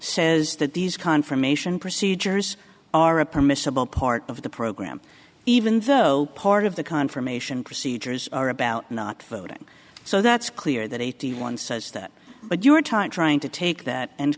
says that these confirmation procedures are a permissible part of the program even though part of the confirmation procedures are about not voting so that's clear that eighty one says that but your time trying to take that and